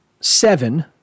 seven